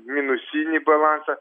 minusinį balansą